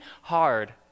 hard